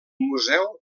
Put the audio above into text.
museu